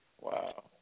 Wow